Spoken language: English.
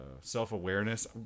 self-awareness